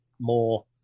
more